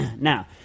Now